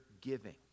giving